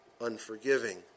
unforgiving